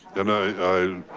and i